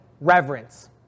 reverence